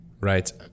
Right